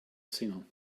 singer